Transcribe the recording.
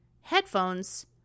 headphones